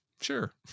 Sure